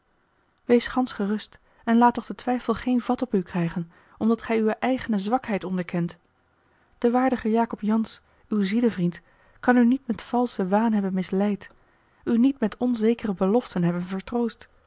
wees gansch gerust en laat toch de twijfel geen vat op u krijgen omdat gij uwe eigene zwakheid onderkent de waardige jacob jansz uw zielevriend kan u niet met valschen waan hebben misleid u niet met onzekere beloften hebben